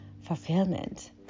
fulfillment